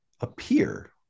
appear